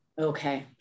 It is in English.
Okay